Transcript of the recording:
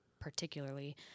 particularly